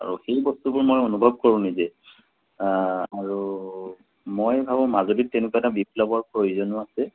আৰু সেই বস্তুবোৰ মই অনুভৱ কৰোঁ নিজে আৰু মই ভাবোঁ মাজুলীক তেনেকুৱা এটা বিপ্লৱৰ প্ৰয়োজনো আছে